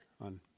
on